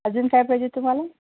अजून काय पाहिजे तुम्हाला